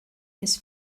his